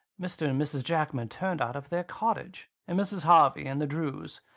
mr. and mrs. jackman turned out of their cottage, and mrs. harvey, and the drews.